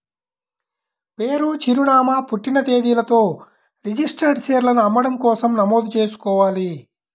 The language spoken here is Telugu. పేరు, చిరునామా, పుట్టిన తేదీలతో రిజిస్టర్డ్ షేర్లను అమ్మడం కోసం నమోదు చేసుకోవాలి